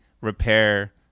repair